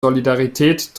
solidarität